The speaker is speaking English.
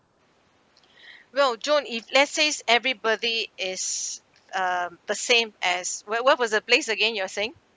well john if let's says everybody is uh the same as where where was the place again you're saying